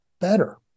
better